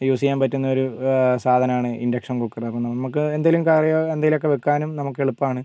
use ചെയ്യാൻ പറ്റുന്ന ഒരു സാധനമാണ് ഇൻഡക്ഷൻ കുക്കർ അപ്പോൾ നമുക്ക് എന്തേലും കറിയോ എന്തേലും ഒക്കെ വെക്കാനും നമുക്ക് എളുപ്പമാണ്